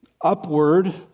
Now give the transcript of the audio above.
upward